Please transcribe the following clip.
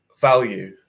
Value